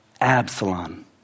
Absalom